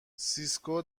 سیسکو